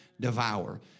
devour